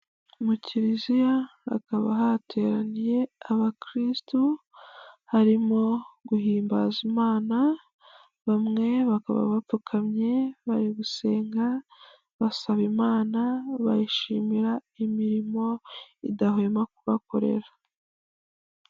Mu Kiliziya hakaba hateraniye abakirisitu barimo guhimbaza Imana, bamwe bakaba bapfukamye bari gusenga, basaba Imana, bayishimira imirimo idahwema kubakorera